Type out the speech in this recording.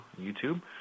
YouTube